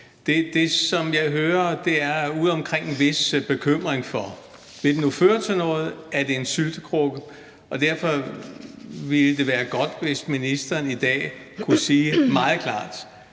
Det, som jeg hører udeomkring, er en vis bekymring for, om det nu vil føre til noget, eller om det er en syltekrukke, og derfor ville det være godt, hvis ministeren i dag kunne sige meget klart: